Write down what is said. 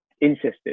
insisted